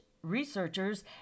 researchers